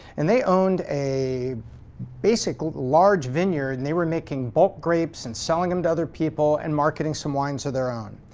and they owned a large vineyard and they were making bulk grapes and selling them to other people and marketing some wines of their own.